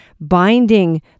binding